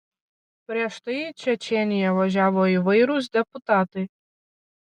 prieš tai į čečėniją važiavo įvairūs deputatai